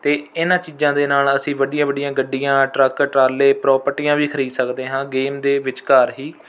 ਅਤੇ ਇਹਨਾਂ ਚੀਜ਼ਾਂ ਦੇ ਨਾਲ ਅਸੀਂ ਵੱਡੀਆਂ ਵੱਡੀਆਂ ਗੱਡੀਆਂ ਟਰੱਕ ਟਰਾਲੇ ਪਰੌਪਰਟੀਆਂ ਵੀ ਖਰੀਦ ਸਕਦੇ ਹਾਂ ਗੇਮ ਦੇ ਵਿਚਕਾਰ ਹੀ